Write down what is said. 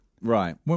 Right